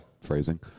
Phrasing